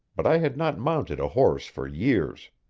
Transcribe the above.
but i had not mounted a horse for years.